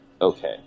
okay